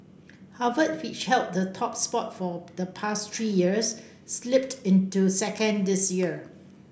Harvard which held the top spot for the past three years slipped into second this year